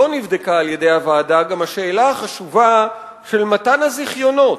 לא נבדקה על-ידי הוועדה גם השאלה החשובה של מתן הזיכיונות.